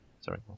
Sorry